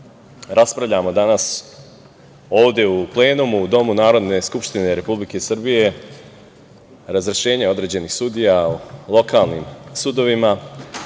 raspravljamo danas ovde u plenumu u domu Narodne skupštine Republike Srbije razrešenje određenih sudija u lokalnim sudovima,